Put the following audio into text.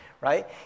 right